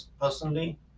personally